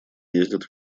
ездит